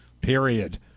period